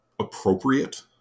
appropriate